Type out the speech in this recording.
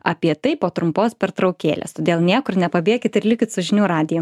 apie tai po trumpos pertraukėlės todėl niekur nepabėkit ir likit su žinių radiju